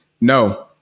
no